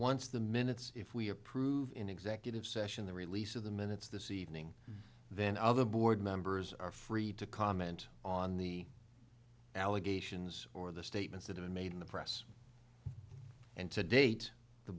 once the minutes if we approve in executive session the release of the minutes this evening then other board members are free to comment on the allegations or the statements that i made in the press and to date the